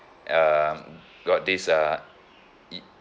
um got this uh it